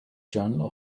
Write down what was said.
journal